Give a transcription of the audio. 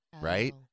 right